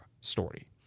story